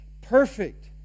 Perfect